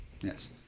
Yes